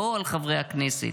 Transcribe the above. לא על חברי הכנסת.